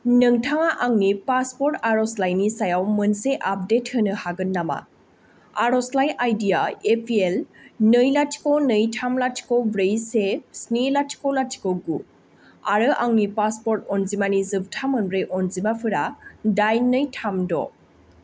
नोंथाङा आंनि पासपर्ट आर'जलाइनि सायाव मोनसे आपडेट होनो हागोन नामा आर'जलाइ आइडि या एपिएल नै लाथिख' नै थाम लाथिख' ब्रै से स्नि लाथिख' लाथिख' गु आरो आंनि पासपर्ट अनजिमानि जोबथा मोनब्रै अनजिमाफोरा दाइन नै थाम द'